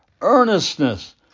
earnestness